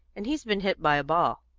and he's been hit by a ball.